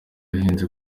ahenze